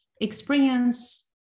experience